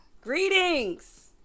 Greetings